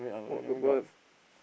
what purpose